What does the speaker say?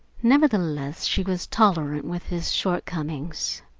nevertheless, she was tolerant with his shortcomings.